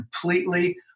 completely